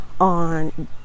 on